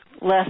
less